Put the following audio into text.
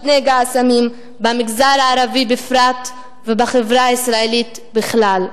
נגע הסמים במגזר הערבי בפרט ובחברה הישראלית בכלל?